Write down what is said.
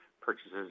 purchases